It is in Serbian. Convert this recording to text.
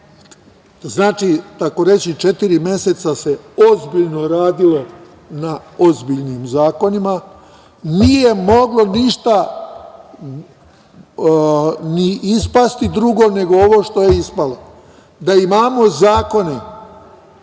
znači, takoreći četiri meseca se ozbiljno radilo na ozbiljnim zakonima, nije moglo ništa ni ispasti drugo nego ovo što je ispalo, da imamo zakone,